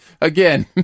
again